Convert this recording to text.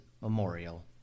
Memorial